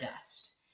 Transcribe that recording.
dust